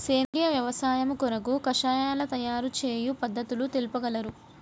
సేంద్రియ వ్యవసాయము కొరకు కషాయాల తయారు చేయు పద్ధతులు తెలుపగలరు?